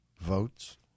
votes